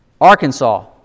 Arkansas